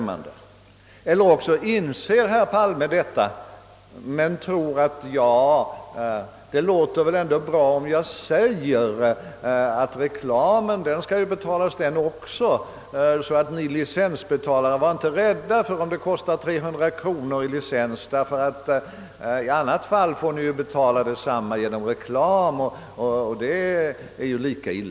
Eller också inser herr Palme detta men tror att det låter bra om han säger, att även reklamen skall betalas och att licensbetalarna därför inte behöver vara rädda för att licenserna kommer att kosta 300 kronor, eftersom de i annat fall får betala kostnaderna genom reklam.